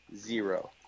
zero